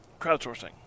crowdsourcing